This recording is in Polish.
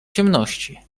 ciemności